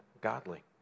godly